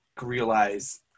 realize